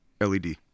led